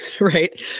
right